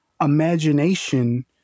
imagination